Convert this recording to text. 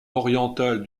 orientale